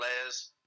players